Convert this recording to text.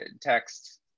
text